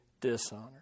dishonor